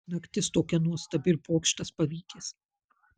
naktis tokia nuostabi ir pokštas pavykęs